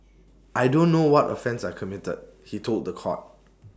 I don't know what offence I committed he told The Court